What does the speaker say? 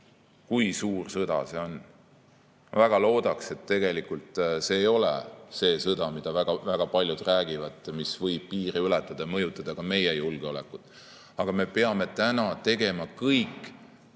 kui suur sõda see on. Ma väga loodan, et see ei ole see sõda, mis, nagu väga paljud räägivad, võib piire ületadaja mõjutada ka meie julgeolekut. Aga me peame täna tegema kõik,